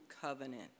covenant